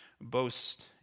boast